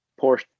porsche